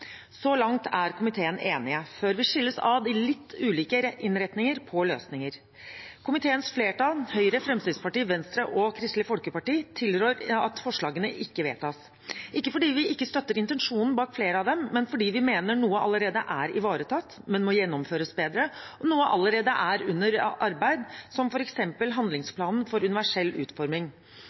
Så langt er komiteen enig – før vi skilles ad og har litt ulike innretninger på løsninger. Komiteens flertall, Høyre, Fremskrittspartiet, Venstre og Kristelig Folkeparti, tilrår at forslagene ikke vedtas – ikke fordi vi ikke støtter intensjonen bak flere av dem, men fordi vi mener at noe allerede er ivaretatt, men må gjennomføres bedre, og at noe er allerede under arbeid, som f.eks. handlingsplanen for universell utforming.